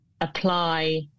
apply